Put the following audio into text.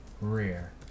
rear